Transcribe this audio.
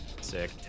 Sick